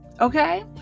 okay